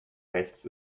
rechts